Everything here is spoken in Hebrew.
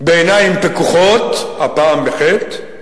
בעיניים פקוחות, הפעם בח"ית,